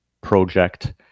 project